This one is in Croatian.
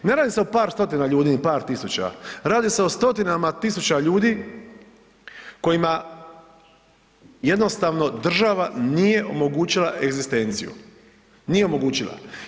Ne radi se o par stotina ljudi, ni par tisuća, radi se o stotinama tisuća ljudi kojima jednostavno država nije omogućila egzistenciju, nije omogućila.